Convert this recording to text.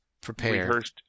prepared